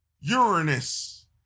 Uranus